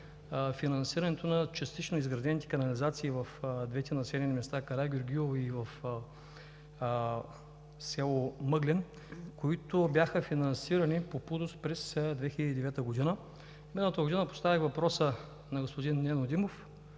финансирането на частично изградените канализации в двете населени места – Карагеоргиево и село Мъглен, които бяха финансирани по ПУДООС през 2009 г. Миналата година поставих въпроса на господин Нено Димов